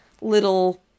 little